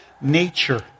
nature